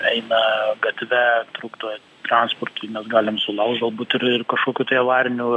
eina gatve trūkdo transportui mes galim sulaukt galbūt ir ir kažkokių tai avarinių